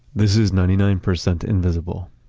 this is ninety nine percent invisible.